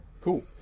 cool